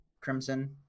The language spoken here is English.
Crimson